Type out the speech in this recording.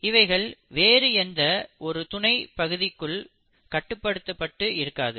இவைகள் வேறு எந்த ஒரு துணை பகுதிக்குள் கட்டுப்படுத்தப்பட்டு இருக்காது